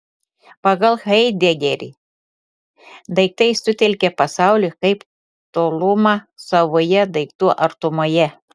pagal haidegerį daiktai sutelkia pasaulį kaip tolumą savoje daiktų artumoje